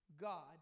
God